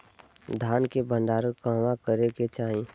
धान के भण्डारण कहवा करे के चाही?